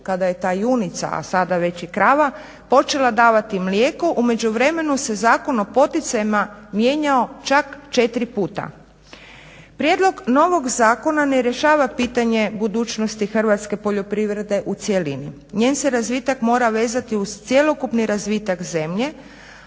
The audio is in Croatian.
kada je ta junica, a sada već i krava počela davati mlijeko u međuvremenu se zakon o poticajima mijenjao čak 4 puta. Prijedlog novog zakona ne rješava pitanje budućnosti hrvatske poljoprivrede u cjelini. Njen se razvitak mora vezati uz cjelokupni razvitak zemlje,